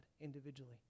individually